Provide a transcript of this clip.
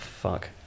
fuck